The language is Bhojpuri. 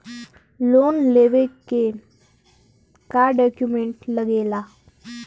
लोन लेवे के का डॉक्यूमेंट लागेला?